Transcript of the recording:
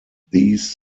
these